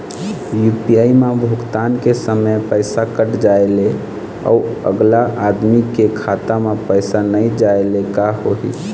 UPI म भुगतान के समय पैसा कट जाय ले, अउ अगला आदमी के खाता म पैसा नई जाय ले का होही?